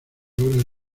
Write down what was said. obras